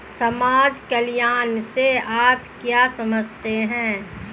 समाज कल्याण से आप क्या समझते हैं?